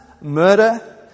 murder